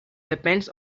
depends